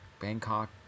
Bangkok